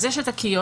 אז יש את הקיוסק,